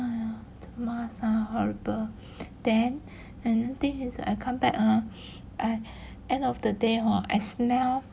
!aiya! 这个 mask ah horrible then and the thing is I come back ah I end of the day hor I smell